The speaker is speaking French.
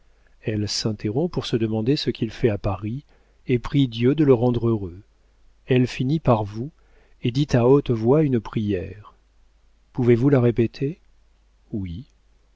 elle s'interrompt pour se demander ce qu'il fait à paris et prie dieu de le rendre heureux elle finit par vous et dit à haute voix une prière pouvez-vous la répéter oui